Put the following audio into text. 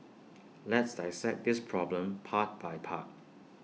let's dissect this problem part by part